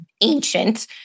ancient